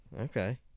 Okay